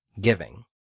giving